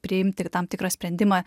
priimti ir tam tikrą sprendimą